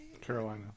Carolina